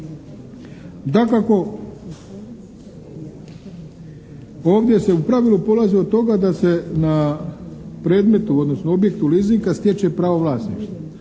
Dakako, ovdje se u pravilu polazi od toga da se na predmetu odnosno objektu leasinga stječe pravo vlasništva.